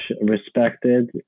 respected